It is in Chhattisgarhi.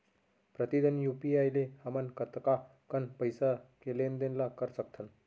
प्रतिदन यू.पी.आई ले हमन कतका कन पइसा के लेन देन ल कर सकथन?